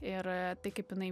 ir tai kaip jinai